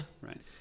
Right